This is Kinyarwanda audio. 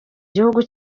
gihugu